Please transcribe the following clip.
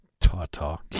Ta-ta